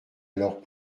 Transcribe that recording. alors